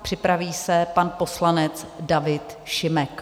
Připraví se pan poslanec David Šimek.